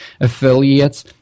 affiliates